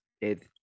it